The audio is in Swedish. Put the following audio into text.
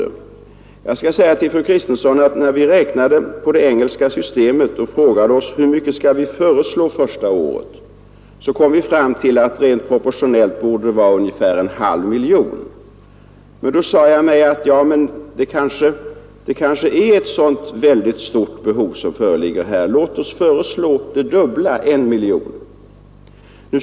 Jag vill säga till fru Kristensson att vi, när vi räknade på det engelska systemet och frågade oss hur mycket vi skulle föreslå för ändamålet under första året, kom till det resultatet att det rent proportionellt borde röra sig om ungefär en halv miljon kronor. Men då sade jag mig att det kanske skulle komma att föreligga ett så stort behov att jag borde föreslå det dubbla, nämligen I miljon kronor.